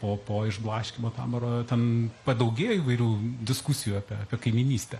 po po išblaškymo taboro ten padaugėjo įvairių diskusijų apie apie kaimynystę